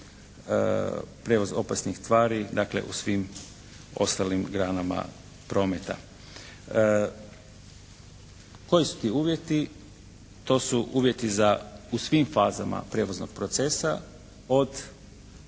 prijevoz opasnih tvari dakle u svim ostalim granama prometa. Koji su ti uvjeti? To su uvjeti za, u svim fazama prijevoznog procesa od